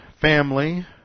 family